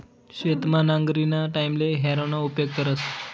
शेतमा नांगरणीना टाईमले हॅरोना उपेग करतस